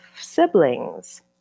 siblings